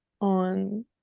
on